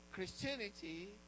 Christianity